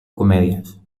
comèdies